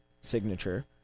signature